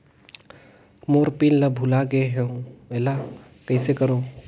मोर pin ला भुला गे हो एला कइसे करो?